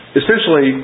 essentially